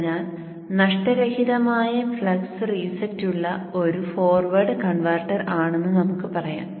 അതിനാൽ നഷ്ടരഹിതമായ flux reset ഉള്ള ഒരു ഫോർവേഡ് കൺവെർട്ടർ ആണെന്ന് നമുക്ക് പറയാം